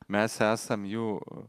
mes esam jų